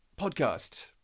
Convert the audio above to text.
podcast